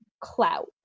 clout